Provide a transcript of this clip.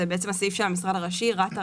זה בעצם הסעיף של המשרד הראשי רת"א,